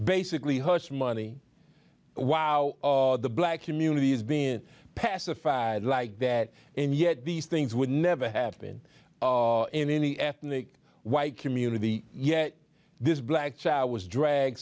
basically hush money wow the black community is being pacified like that and yet these things would never happen in any ethnic white community yet this black child was drag